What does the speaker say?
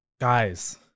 Guys